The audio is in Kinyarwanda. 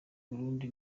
burundi